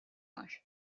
var